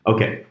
Okay